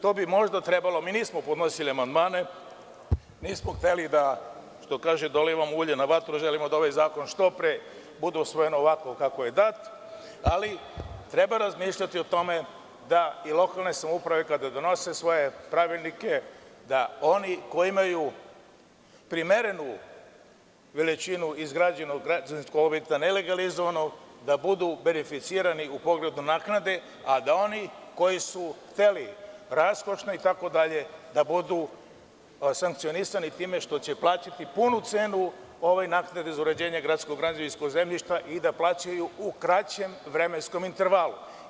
To bi možda trebalo, mi nismo podnosili amandmane, nismo hteli da, što kaže, dolivamo ulje na vatru, želimo da ovaj zakon što pre bude usvojen ovako kako je dat, ali treba razmišljati o tome da i lokalne samouprave kada donose svoje pravilnike da oni koji imaju primerenu veličinu izgrađenog građevinskog objekta, nelegalizovanog, da budu beneficirani u pogledu naknade, a da oni koji su hteli raskošno, itd, da budu sankcionisani time što će plaćati punu cenu ove naknade za uređenje gradskog građevinskog zemljišta i da plaćaju u kraćem vremenskom intervalu.